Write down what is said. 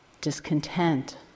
discontent